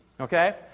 okay